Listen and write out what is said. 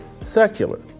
secular